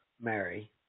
Mary